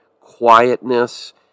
quietness